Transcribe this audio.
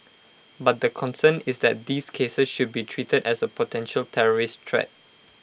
but the concern is that these cases should be treated as A potential terrorist threat